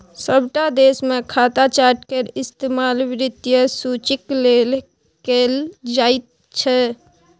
सभटा देशमे खाता चार्ट केर इस्तेमाल वित्तीय सूचीक लेल कैल जाइत छै